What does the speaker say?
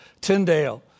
Tyndale